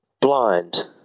blind